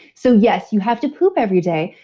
so yes, you have to poop every day,